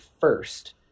first